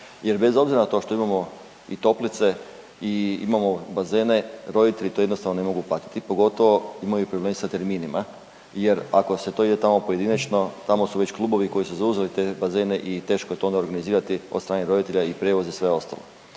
jer bez obzira na to što imamo i toplice i imamo bazene, roditelji to jednostavno ne mogu platiti, pogotovo, imaju problem sa terminima jer, ako se to ide tamo pojedinačno, tamo su već klubovi koji su zauzeli te bazene i teško je to onda organizirati od strane roditelja i prijevoz i sve ostalo.